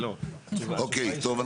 אוקיי, טוב.